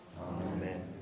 Amen